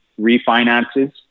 refinances